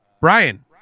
brian